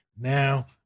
now